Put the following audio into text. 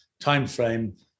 timeframe